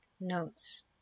Notes